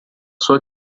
sua